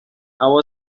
هوا